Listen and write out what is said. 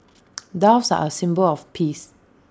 doves are A symbol of peace